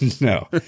No